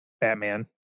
Batman